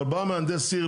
אבל בא מהנדס העיר,